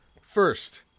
First